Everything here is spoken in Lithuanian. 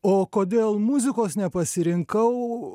o kodėl muzikos nepasirinkau